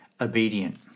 obedient